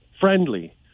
friendly